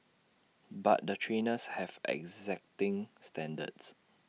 but the trainers have exacting standards